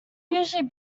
usually